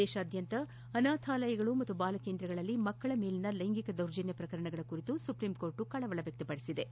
ದೇಶಾದ್ಯಂತ ಅನಾಥಾಲಯಗಳು ಮತ್ತು ಬಾಲಕೇಂದ್ರಗಳಲ್ಲಿ ಮಕ್ಕಳ ಮೇಲಿನ ಲ್ಲೆಂಗಿಕ ದೌರ್ಜನ್ನ ಪ್ರಕರಣಗಳ ಕುರಿತು ಸುಪ್ರೀಂ ಕೋರ್ಟ್ ಕಳವಳ ವ್ಯಕ್ತಪಡಿಸಿದ್ದು